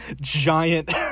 giant